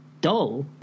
dull